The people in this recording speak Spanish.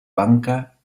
banca